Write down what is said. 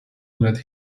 led